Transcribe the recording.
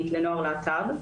להט"ב.